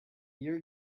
your